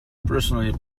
personally